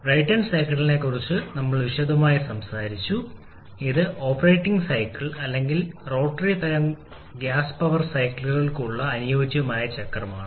Brayton സൈക്കിളിനെക്കുറിച്ച് നമ്മൾ വിശദമായി സംസാരിച്ചു ഇത് ഓപ്പറേറ്റിംഗ് സൈക്കിൾ അല്ലെങ്കിൽ റോട്ടറി തരം ഗ്യാസ് പവർ സൈക്കിളുകൾക്കുള്ള അനുയോജ്യയ ചക്രമാണ്